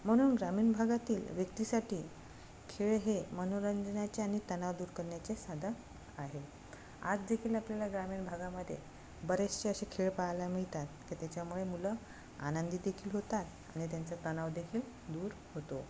म्हणून ग्रामीण भागातील व्यक्तीसाठी खेळ हे मनोरंजनाचे आणि तणाव दूर करण्याचे साधन आहे आज देखील आपल्याला ग्रामीण भागामध्ये बरेचसे असे खेळ पाहायला मिळतात की त्याच्यामुळे मुलं आनंदी देखील होतात आणि त्यांचा तणाव देखील दूर होतो